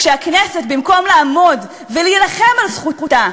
כשהכנסת במקום לעמוד ולהילחם על זכותה,